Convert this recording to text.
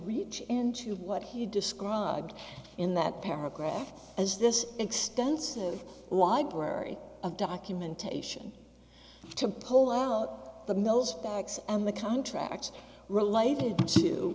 reach into what he described in that paragraph as this extensive library of documentation to pull out the mills backs and the contracts related to